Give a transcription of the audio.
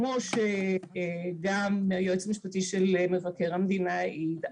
כמו שגם היועץ המשפטי של מבקר המדינה העיד,